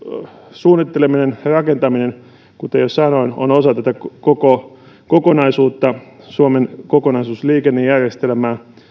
suunnitteleminen ja rakentaminen kuten jo sanoin on osa kokonaisuutta suomen kokonaisliikennejärjestelmää